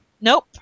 Nope